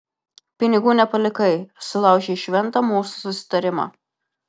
pinigų nepalikai sulaužei šventą mūsų susitarimą